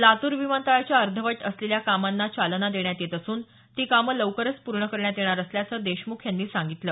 लातूर विमानतळाच्या अधंवट असलेल्या कामांना चालना देण्यात येत असून ती कामं लवकरच पूर्ण करण्यात येणार असल्याचं देशमुख यांनी सांगितलं